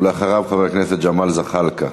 ואחריו, חבר הכנסת ג'מאל זחאלקה.